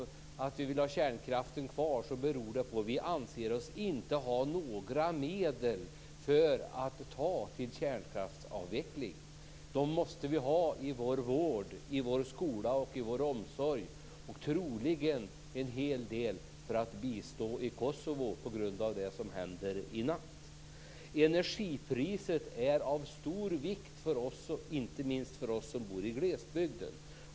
Att vi vill ha kärnkraften kvar beror på att vi inte anser oss ha några medel för en kärnkraftsavveckling. De måste vi ha i vår vård, i vår skola och i vår omsorg, och troligen behöver vi en hel del för att bistå i Kosovo på grund av det som händer i natt. Energipriset är av stor vikt för oss, inte minst för oss som bor i glesbygden.